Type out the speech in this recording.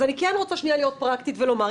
אז אני רוצה להיות פרקטית ולומר,